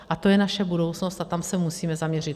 A to je naše budoucnost a tam se musíme zaměřit.